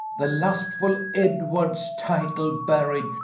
the lustfull edwards title buryed,